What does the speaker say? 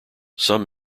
some